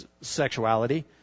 sexuality